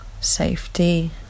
safety